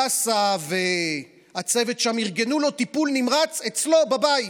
הדסה והצוות שם ארגנו לו טיפול נמרץ אצלו בבית.